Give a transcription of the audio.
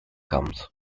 comes